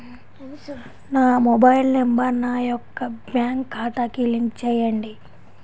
నా mobile number నా యొక్క బ్యాంక్ ఖాతాకి లింక్ చేయండీ?